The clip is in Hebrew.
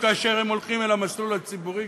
כאשר הם הולכים אל המסלול הציבורי,